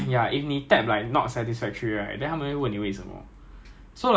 food food in Tekong 跟 food in other unit 很不一样